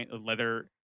leather